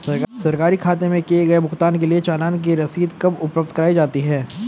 सरकारी खाते में किए गए भुगतान के लिए चालान की रसीद कब उपलब्ध कराईं जाती हैं?